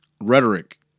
rhetoric